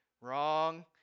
Wrong